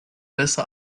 besser